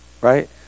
right